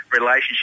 Relationship